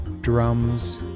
drums